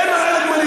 אין מרעה לגמלים.